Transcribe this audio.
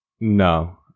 No